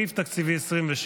40. סעיף תקציבי 27,